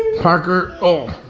parker, oh,